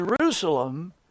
Jerusalem